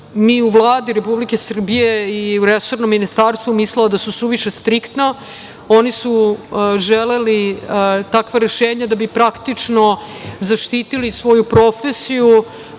mi u Vladi Republike Srbije i u resornom ministarstvu mislili da su suviše striktna. Oni su želeli takva rešenja da bi praktično zaštitili svoju profesiju